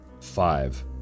five